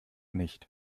nicht